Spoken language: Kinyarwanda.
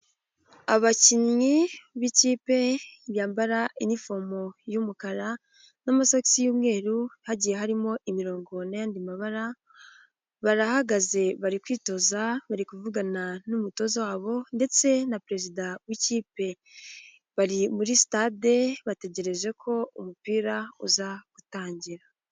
Abakinnyi b'ikipe yambarafomo y'umukara n'amasosi y'umweru, hagiye harimo imirongo n'ay'andi mabara, barahagaze bari kwitoza, bari kuvugana n'umutoza wabo ndetse na perezida w'ikipe, bari muri sitade bategereje ko umupira uza gutangira.